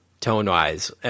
tone-wise